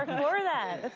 for that.